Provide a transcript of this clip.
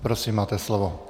Prosím, máte slovo.